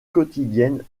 quotidienne